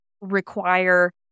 require